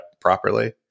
properly